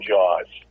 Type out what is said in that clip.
Jaws